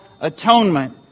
Atonement